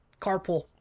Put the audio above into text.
carpool